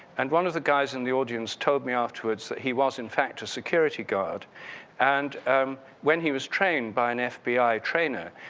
and one of the guys in the audience told me afterwards that he was, in fact, a security guard and um when he was trained by an fbi trainer,